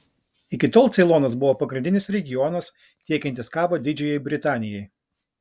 iki tol ceilonas buvo pagrindinis regionas tiekiantis kavą didžiajai britanijai